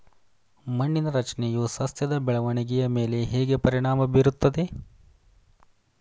ಮಣ್ಣಿನ ರಚನೆಯು ಸಸ್ಯದ ಬೆಳವಣಿಗೆಯ ಮೇಲೆ ಹೇಗೆ ಪರಿಣಾಮ ಬೀರುತ್ತದೆ?